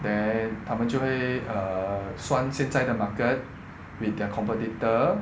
then 他们就会 err 算现在的 market with their competitor